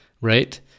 right